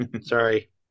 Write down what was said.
sorry